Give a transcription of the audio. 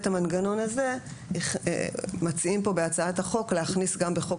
את המנגנון הזה מציעים פה בהצעת החוק להכניס גם לחוק